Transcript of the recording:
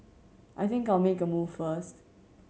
I think I'll make a move first